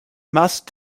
must